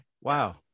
wow